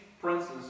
princes